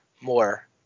more